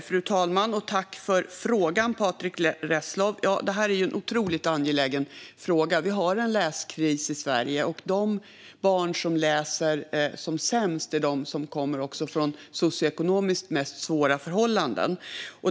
Fru talman! Tack, Patrick Reslow, för frågan! Detta är ju en otroligt angelägen fråga. Vi har en läskris i Sverige, och de barn som läser sämst är de som kommer från de socioekonomiskt svåraste förhållandena.